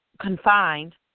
confined